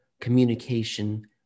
communication